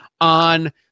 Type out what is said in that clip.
on